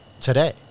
today